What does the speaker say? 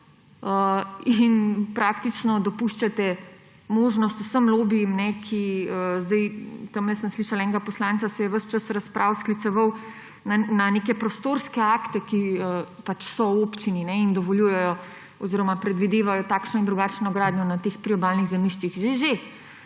in praktično dopuščate možnost vsem lobijem. Tamle sem slišala enega poslanca, se je ves čas razprav skliceval na neke prostorske akte, ki so v občini in predvidevajo takšno in drugačno gradnjo na teh priobalnih zemljiščih. Že, že,